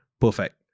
perfect